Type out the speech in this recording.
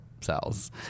cells